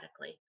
radically